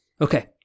Okay